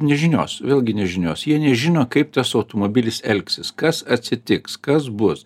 nežinios vėlgi nežinios jie nežino kaip tas automobilis elgsis kas atsitiks kas bus